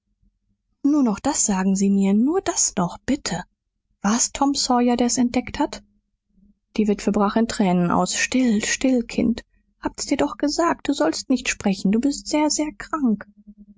nur noch das sagen sie mir nur das noch bitte war's tom sawyer der's entdeckt hat die witwe brach in tränen aus still still kind habs dir doch gesagt du sollst nicht sprechen du bist sehr sehr krank